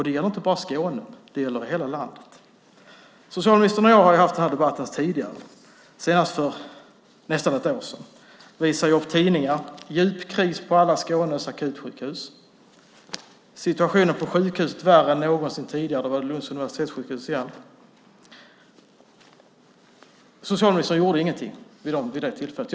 Det gäller inte bara Skåne, utan det gäller hela landet. Socialministern och jag har tidigare debatterat detta, senast för nästan ett år sedan. Jag kunde visa upp tidningar där det stod: "Djup kris på alla Skånes akutsjukhus." "Situationen på sjukhuset värre än någonsin tidigare." Det gällde Lunds universitetssjukhus igen. Socialministern gjorde ingenting vid det tillfället.